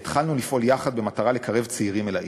והתחלנו לפעול יחד במטרה לקרב צעירים אל העיר,